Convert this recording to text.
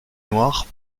noir